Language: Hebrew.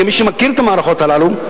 כמי שמכיר את המערכות הללו,